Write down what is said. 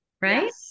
right